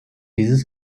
dieses